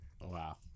wow